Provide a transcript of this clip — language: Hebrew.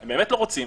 הם באמת לא רוצים,